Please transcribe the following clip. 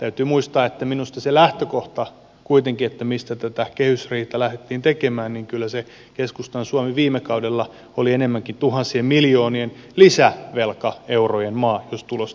täytyy muistaa että minusta se lähtökohta kuitenkin mistä tätä kehysriihtä lähdettiin tekemään niin kyllä se keskustan suomi viime kaudella oli enemmänkin tuhansien miljoonien lisävelkaeurojen maa jos tulosta katsoo